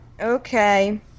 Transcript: Okay